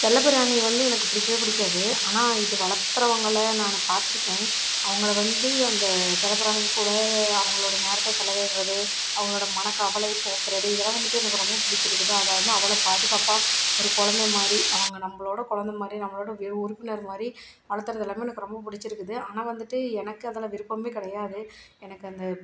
செல்லப்பிராணி வந்து எனக்கு பிடிக்கவே பிடிக்காது ஆனால் இது வளர்த்துறவங்கள நான் பார்த்துருக்கேன் அவங்களை வந்து அந்த செல்லப்பிராணி கூட அவங்களோடய நேரத்தை செலவிடுறது அவங்களோடய மனக்கவலை போக்குகிறது இதெல்லாம் வந்துட்டு எனக்கு ரொம்ப பிடிச்சிருக்குது அதை வந்து அவளே பாதுகாப்பாக ஒரு கொழந்த மாதிரி அவங்க நம்மளோட கொழந்த மாதிரி நம்மளோட உறுப்பினர் மாதிரி வளர்த்துறது எல்லாமே எனக்கு ரொம்ப பிடிச்சிருக்குது ஆனால் வந்துட்டு எனக்கு அதில் விருப்பமே கிடையாது எனக்கு அந்த